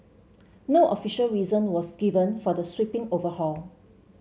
no official reason was given for the sweeping overhaul